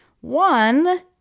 One